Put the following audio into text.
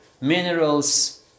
Minerals